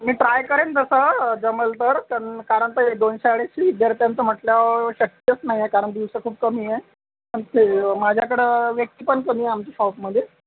मी try करेन जसं जमेल तर कारण कारण ते दोनशे अडीचशे विद्यार्थ्यांचं म्हटल्यावर शक्यच नाही आहे कारण दिवस खूप कमी आहे आणि ते माझ्याकडं व्यक्ती पण कमी आमच्या शॉपमध्ये